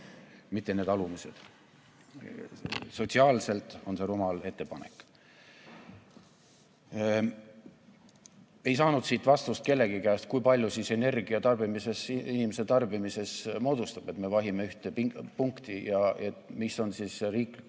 mitte need alumised. Sotsiaalselt on see rumal ettepanek. Ei saanud siit vastust kellegi käest, kui palju siis energia inimese tarbimisest moodustab. Me vahime ühte punkti. Mis on siis see riiklikult